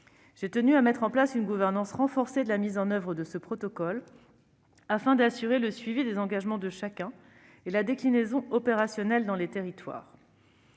J'ai tenu à mettre en place une gouvernance renforcée de la mise en oeuvre de ce protocole afin d'assurer le suivi des engagements de chacun et la déclinaison opérationnelle dans les territoires.